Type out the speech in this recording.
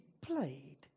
played